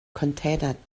container